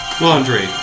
Laundry